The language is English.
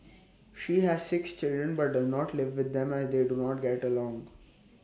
she has six children but does not live with them as they do not get along